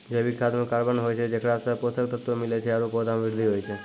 जैविक खाद म कार्बन होय छै जेकरा सें पोषक तत्व मिलै छै आरु पौधा म वृद्धि होय छै